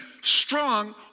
strong